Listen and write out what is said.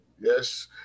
Yes